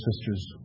sisters